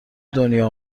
دنیا